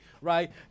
right